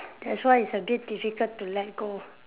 that's why it's a bit difficult to let go